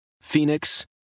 Phoenix